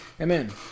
Amen